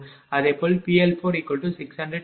அதேபோல் PL4600 kW0